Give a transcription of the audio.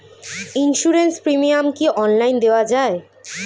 Insurance premium কি online দেওয়া যায়?